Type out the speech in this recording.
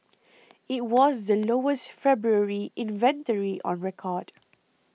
it was the lowest February inventory on record